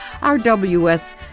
RWS